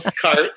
cart